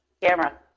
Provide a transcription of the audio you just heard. camera